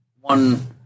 one